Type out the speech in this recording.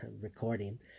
recording